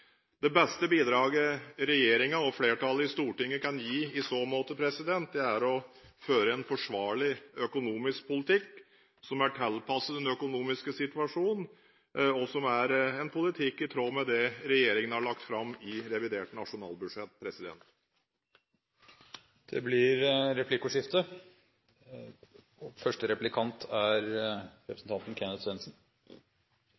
Det beste bidraget regjeringen og flertallet i Stortinget kan gi i så måte, er å føre en forsvarlig økonomisk politikk som er tilpasset den økonomiske situasjonen, og som er en politikk i tråd med det regjeringen har lagt fram i revidert nasjonalbudsjett. Det blir replikkordskifte. Flere av talerne, bl.a. saksordføreren fra Arbeiderpartiet, Høyres Gunnar Gundersen, Lundteigen og